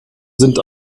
sind